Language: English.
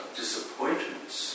disappointments